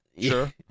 sure